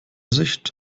sicht